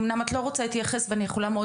אמנם את לא רוצה להתייחס ואני יכולה מאוד